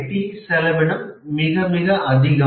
D செலவினம் மிக மிக அதிகம்